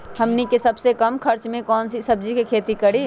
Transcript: हमनी के सबसे कम खर्च में कौन से सब्जी के खेती करी?